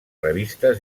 revistes